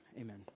Amen